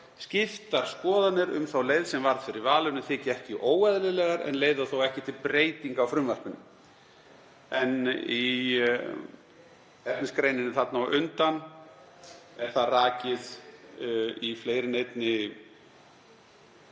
Skiptar skoðanir um þá leið sem varð fyrir valinu þykja ekki óeðlilegar en leiða þó ekki til breytinga á frumvarpinu.“ Í efnisgreininni á undan er það rakið að í fleiri en einni